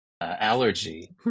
allergy